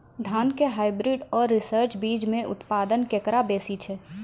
धान के हाईब्रीड और रिसर्च बीज मे उत्पादन केकरो बेसी छै?